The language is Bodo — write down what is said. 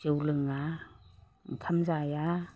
जौ लोङा ओंखाम जाया